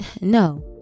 no